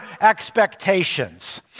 expectations